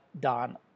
done